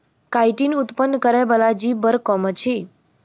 chitin उत्पन्न करय बला जीव बड़ कम अछि